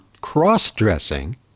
cross-dressing